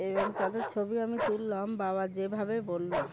এবং তাদের ছবি আমি তুললাম বাবা যেভাবে বললো